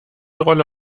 rolle